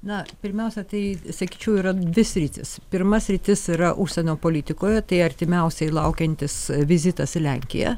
na pirmiausia tai sakyčiau yra dvi sritys pirma sritis yra užsienio politikoje tai artimiausiai laukiantis vizitas į lenkiją